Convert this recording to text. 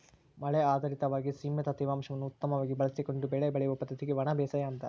ಮಳೆ ಆಧಾರಿತವಾಗಿ ಸೀಮಿತ ತೇವಾಂಶವನ್ನು ಉತ್ತಮವಾಗಿ ಬಳಸಿಕೊಂಡು ಬೆಳೆ ಬೆಳೆಯುವ ಪದ್ದತಿಗೆ ಒಣಬೇಸಾಯ ಅಂತಾರ